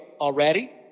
already